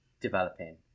developing